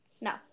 No